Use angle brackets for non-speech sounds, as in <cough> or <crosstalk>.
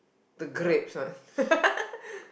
the grapes one <laughs>